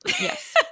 Yes